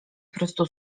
prostu